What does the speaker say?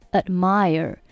admire